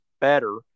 better